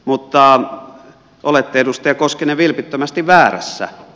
mutta olette edustaja koskinen vilpittömästi väärässä